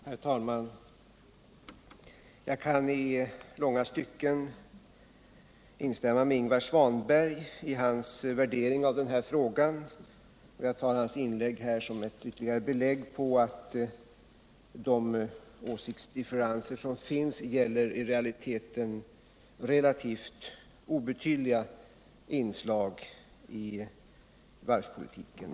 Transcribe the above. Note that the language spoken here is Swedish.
Herr talman! Jag kan i långa stycken instämma med Ingvar Svanberg i hans värdering av den här frågan. Jag tar hans inlägg här som ytterligare belägg för att de åsiktsdifferenser som finns i realiteten rör relativt obetydliga inslag i varvspolitiken.